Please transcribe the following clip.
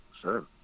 sure